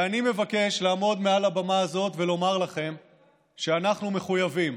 ואני מבקש לעמוד מעל הבמה הזאת ולומר לכם שאנחנו מחויבים,